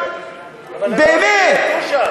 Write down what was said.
אבל המעונות היו שם.